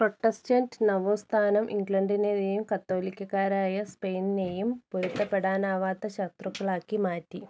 Protestant നവോത്ഥാനം ഇംഗ്ലണ്ടിനെയും കത്തോലിക്കരായ സ്പെയിനിനെയും പൊരുത്തപ്പെടാനാവാത്ത ശത്രുക്കളാക്കി മാറ്റി